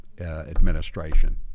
Administration